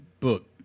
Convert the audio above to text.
Book